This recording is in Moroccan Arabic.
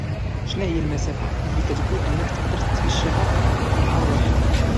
شنا هي المسافة اللي كتقول انك تقدر تمشاها فنهار واحد؟